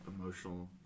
emotional